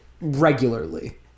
regularly